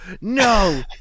no